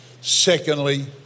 Secondly